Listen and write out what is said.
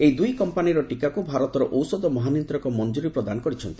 ଏହି ଦୁଇ କମ୍ପାନୀର ଟୀକାକୁ ଭାରତର ଔଷଧ ମହାନିୟନ୍ତ୍ରକ ମଞ୍ଜୁରି ପ୍ରଦାନ କରିଛନ୍ତି